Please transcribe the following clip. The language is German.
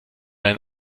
ein